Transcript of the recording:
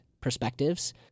perspectives